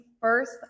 first